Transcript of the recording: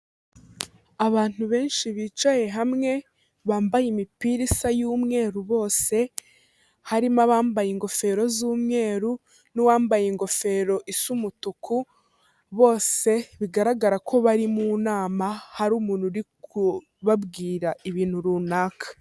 Abantu benshi bicaye hamwe, bambaye imipira isa y'umweru bose, harimo abambaye ingofero z'umweru, n'uwambaye ingofero isa umutuku, bose bigaragara ko bari mu nama, hari umuntu uri kubabwira ibintu runaka.